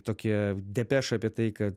tokį depešą apie tai kad